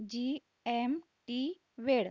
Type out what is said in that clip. जी M T वेळ